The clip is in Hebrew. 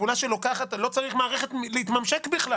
זה פעולה שלוקחת, לא צריך מערכת להתממשק בכלל.